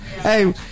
Hey